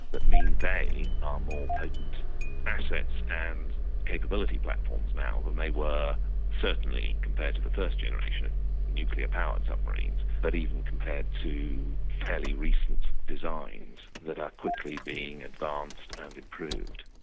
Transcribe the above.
that means they are more potent assets and capability platforms now than they were certainly compared to the first generation of nuclear powered submarines, but even compared to fairly recent designs that are quickly being advanced and improved.